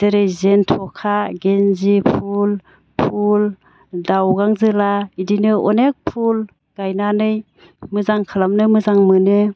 जेरै जेनथ'खा गेनजि फुल फुल दाउगांजोला इदिनो अनेख फुल गायनानै मोजां खालामनो मोजां मोनो